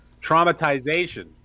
traumatization